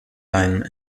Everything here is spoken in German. line